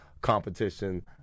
competition